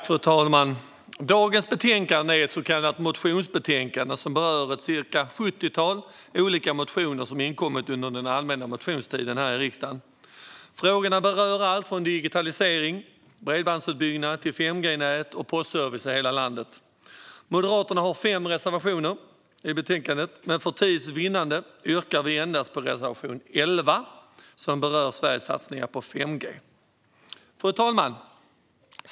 Fru talman! Detta betänkande är ett så kallat motionsbetänkande som berör ett sjuttiotal olika motioner som inkommit under den allmänna motionstiden här i riksdagen. Frågorna berör allt från digitalisering till bredbandsutbyggnad, 5G-nät och postservice i hela landet. Moderaterna har fem reservationer i betänkandet, men för tids vinnande yrkar vi bifall endast till reservation 11, som berör Sveriges satsningar på 5G. Fru talman!